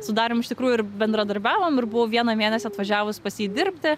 sudarėm iš tikrųjų ir bendradarbiavom ir buvau vieną mėnesio atvažiavus pas jį dirbti